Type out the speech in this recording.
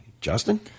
Justin